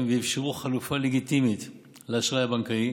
ואפשרו חלופה לגיטימית לאשראי הבנקאי,